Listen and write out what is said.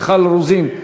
מיכל רוזין,